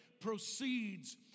proceeds